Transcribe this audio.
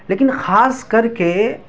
لیکن خاص کر کے